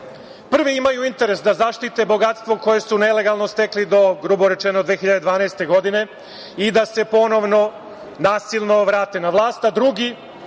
imaju interes da zaštite bogatstvo koje su nelegalno stekli do, grubo rečeno, 2012. godine i da se ponovno nasilno vrate na vlast,